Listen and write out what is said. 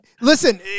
Listen